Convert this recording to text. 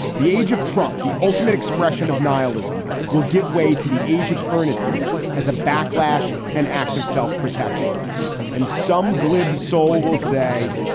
the age of trump, the ultimate expression of nihilism will give way to the age of earnestness as a backlash, an act of self-protection and some glib soul will say,